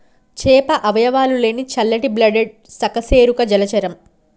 చేప అవయవాలు లేని చల్లని బ్లడెడ్ సకశేరుక జలచరం